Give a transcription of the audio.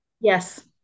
Yes